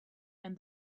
and